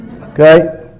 Okay